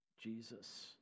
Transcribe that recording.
Jesus